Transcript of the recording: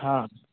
हा